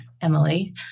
Emily